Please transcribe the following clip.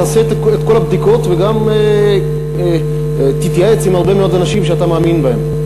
תעשה את כל הבדיקות וגם תתייעץ עם הרבה מאוד אנשים שאתה מאמין בהם.